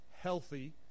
Healthy